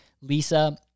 lisa